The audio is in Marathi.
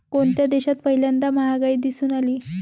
कोणत्या देशात पहिल्यांदा महागाई दिसून आली?